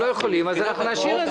אם לא יכולים אז אנחנו נשאיר את זה.